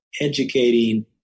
educating